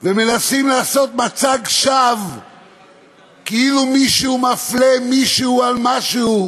ומנסים לעשות מצג שווא כאילו מישהו מפלה מישהו על משהו,